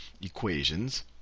equations